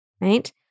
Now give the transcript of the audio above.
right